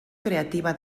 creativa